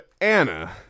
Anna